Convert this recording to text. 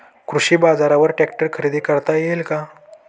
कृषी बाजारवर ट्रॅक्टर खरेदी करता येईल का?